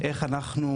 איך אנחנו,